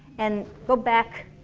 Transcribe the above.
and go back